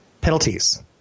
penalties